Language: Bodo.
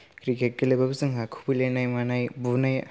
क्रिकेट गेलेबाबो जोंहा खुबैलायनाय मानाय बुनाय